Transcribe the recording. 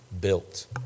built